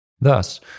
Thus